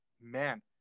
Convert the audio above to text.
man